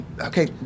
okay